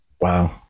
Wow